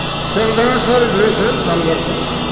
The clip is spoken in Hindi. खेल रहे हैं सर इधरे से साल भर से